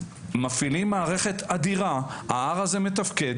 מפעילים מערכת אדירה, ההר הזה מתפקד.